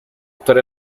actuar